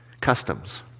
customs